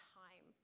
time